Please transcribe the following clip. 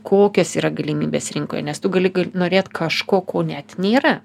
kokios yra galimybės rinkoje nes tu gali norėt kažko ko net nėra